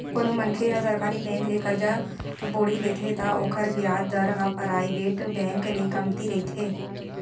कोनो मनखे ह सरकारी बेंक ले करजा बोड़ी लेथे त ओखर बियाज दर ह पराइवेट बेंक ले कमती रहिथे